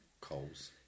coals